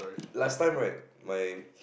last time right my